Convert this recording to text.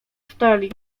stali